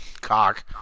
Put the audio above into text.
cock